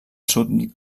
sud